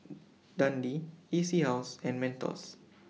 Dundee E C House and Mentos